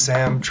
Sam